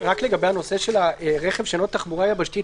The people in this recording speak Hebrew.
לגבי נושא של רכב שלא תחבורה יבשתית,